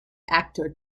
actor